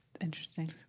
Interesting